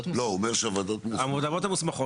הוא אומר שהוועדות המוסמכות --- הוועדות המוסמכות